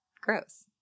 Gross